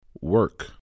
Work